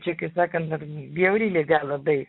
čia kai sakan dar bjauri liga labai